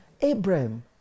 Abraham